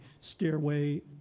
stairway